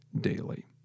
daily